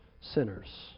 sinners